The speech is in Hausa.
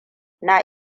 na